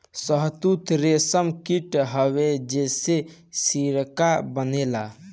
शहतूत रेशम कीट हवे जेसे सिल्क बनेला